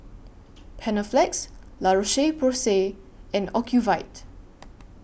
Panaflex La Roche Porsay and Ocuvite